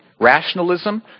rationalism